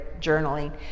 journaling